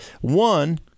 one